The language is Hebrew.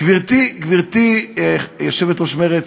גברתי יושבת-ראש מרצ,